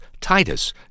Titus